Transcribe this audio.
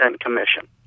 commission